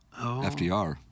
FDR